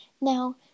Now